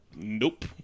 Nope